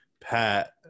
Pat